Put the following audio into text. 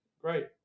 Great